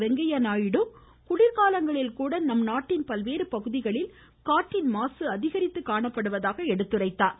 வெங்கையா நாயுடு குளிர்காலங்களில் கூட நாட்டின் பல்வேறு பகுதிகளில் காற்றின் மாசு அதிகரித்து காணப்படுவதாக சுட்டிக்காட்டினார்